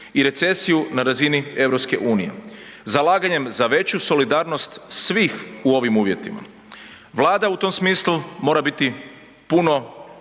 i recesiju na razini EU zalaganjem za veću solidarnost svih u ovim uvjetima. Vlada u tom smislu mora biti puno